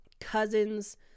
cousins